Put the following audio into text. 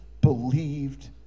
believed